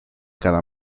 cada